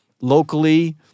locally